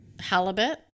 halibut